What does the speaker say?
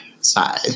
side